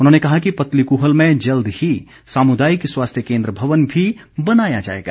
उन्होंने कहा कि पतलीकूहल में जल्द ही सामुदायिक स्वास्थ्य केंद्र भवन भी बनाया जाएगा